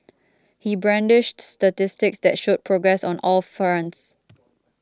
he brandished statistics that showed progress on all fronts